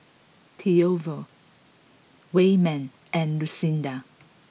Toivo Wayman and Lucinda